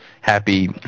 happy